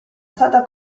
stata